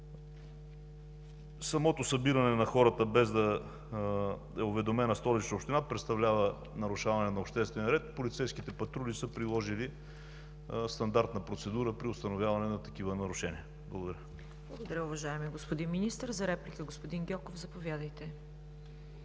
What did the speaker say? Самото събиране на хората, без да е уведомена Столичната община, представлява нарушаване на обществения ред. Полицейските патрули са приложили стандартна процедура при установяване на такива нарушения. Благодаря. ПРЕДСЕДАТЕЛ ЦВЕТА КАРАЯНЧЕВА: Благодаря Ви, уважаеми господин Министър. За реплика – господин Гьоков, заповядайте.